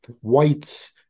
whites